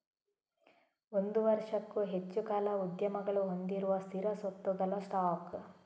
ಒಂದು ವರ್ಷಕ್ಕೂ ಹೆಚ್ಚು ಕಾಲ ಉದ್ಯಮಗಳು ಹೊಂದಿರುವ ಸ್ಥಿರ ಸ್ವತ್ತುಗಳ ಸ್ಟಾಕ್